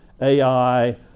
Ai